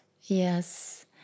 yes